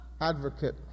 advocate